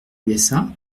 usa